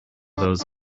those